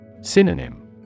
Synonym